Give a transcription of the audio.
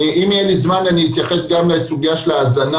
אם יהיה לי זמן אתייחס גם לסוגיה של ההזנה